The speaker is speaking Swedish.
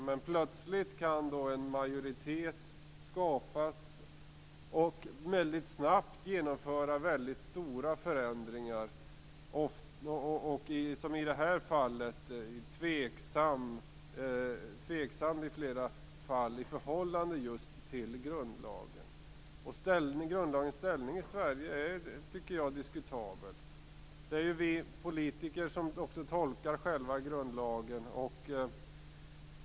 Men en majoritet kan skapas plötsligt, som snabbt genomför stora förändringar som kan vara tveksamma i förhållande till grundlagen. Grundlagens ställning i Sverige är diskutabel. Det är vi politiker som själva tolkar grundlagen.